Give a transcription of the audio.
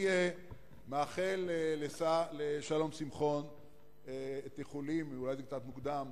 מאחל לשלום שמחון איחולים, אולי זה קצת מוקדם,